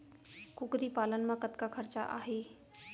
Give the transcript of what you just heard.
कुकरी पालन म कतका खरचा आही?